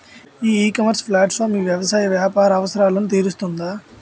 ఈ e commerce platform మీ వ్యవసాయ వ్యాపార అవసరాలను తీరుస్తుందా?